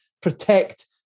protect